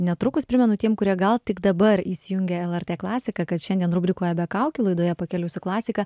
netrukus primenu tiem kurie gal tik dabar įsijungė lrt klasiką kad šiandien rubrikoje be kaukių laidoje pakeliui su klasika